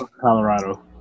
Colorado